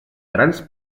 grans